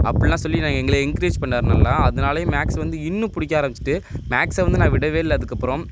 அப்பில்லாம் சொல்லி எல்லாம் எங்களை எங்கிரேஜ் பண்ணார் நல்லா அதனாலையே மேக்ஸ் வந்து இன்னும் பிடிக்க ஆரமிச்சிட்டு மேக்ஸை வந்து நான் விடவே இல்லை அதுக்கப்புறோம்